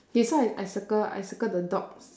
okay so I I circle I circle the dog